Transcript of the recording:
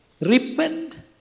Repent